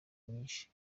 nyinshi